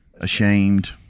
ashamed